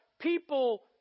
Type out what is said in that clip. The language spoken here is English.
people